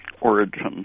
origins